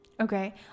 Okay